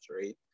right